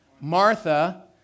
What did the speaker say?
Martha